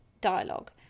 dialogue